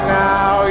now